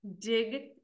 dig